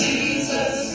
Jesus